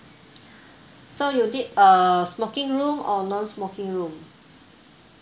so you need a smoking room or non-smoking room